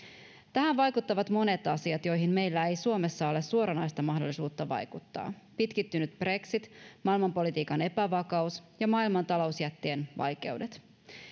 tähän vaikuttavat monet asiat joihin meillä ei suomessa ole suoranaista mahdollisuutta vaikuttaa pitkittynyt brexit maailmanpolitiikan epävakaus ja maailman talousjättien vaikeudet